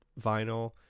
vinyl